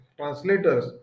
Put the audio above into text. translators